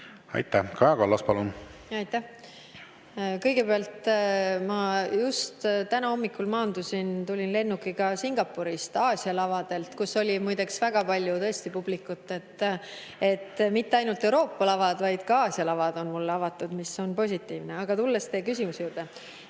Aitäh! Kaja Kallas, palun! Aitäh! Kõigepealt, ma just täna hommikul maandusin, tulin lennukiga Singapurist Aasia lavadelt, kus oli, muideks, tõesti väga palju publikut. Mitte ainult Euroopa lavad, vaid ka Aasia lavad on mulle avatud, mis on positiivne. Aga tulen teie küsimuse juurde.